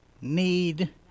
need